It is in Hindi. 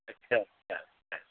अच्छा अच्छा छा